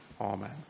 Amen